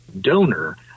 donor